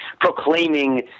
proclaiming